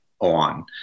on